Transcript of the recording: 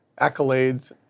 accolades